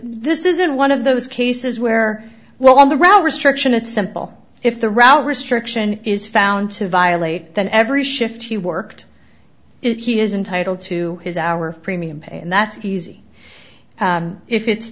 this isn't one of those cases where well the restriction it's simple if the route restriction is found to violate then every shift he worked it he is entitled to his our premium pay and that's easy if it's